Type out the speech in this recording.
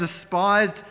despised